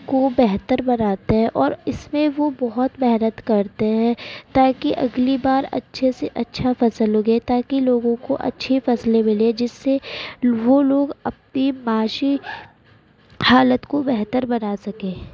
کو بہتر بناتے ہیں اور اس میں وہ بہت محنت کرتے ہیں تاکہ اگلی بار اچھے سے اچھا فصل اگے تاکہ لوگوں کو اچھی فصلیں ملے جس سے وہ لوگ اپنی معاشی حالت کو بہتر بنا سکے